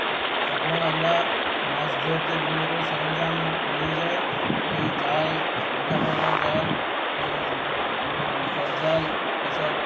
এখন আমরা মাছ ধরতে বিভিন্ন রকমের সরঞ্জাম নিয়ে যাই ওই জাল মাথা ভরা জাল এই চটজাল এইসব